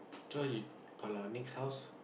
so you call our next house